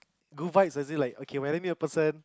good vibe as if like okay name me a person